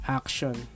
action